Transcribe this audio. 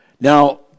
Now